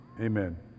Amen